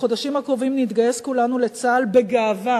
בחודשים הקרובים נתגייס כולנו לצה"ל בגאווה